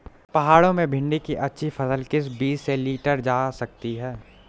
पहाड़ों में भिन्डी की अच्छी फसल किस बीज से लीटर जा सकती है?